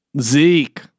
Zeke